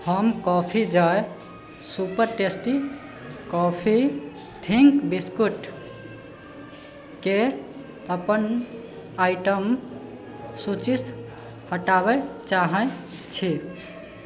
हम coffee joy super tasty coffee think बिस्कुटके अपन आइटम सूचीस हटाबै चाहैत छी